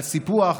על סיפוח,